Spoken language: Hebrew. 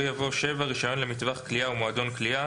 יבוא: "רישיון למטווח קליעה או מועדון קליעה